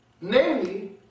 namely